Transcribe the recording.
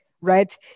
right